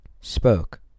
spoke